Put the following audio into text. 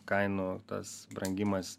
kainų tas brangimas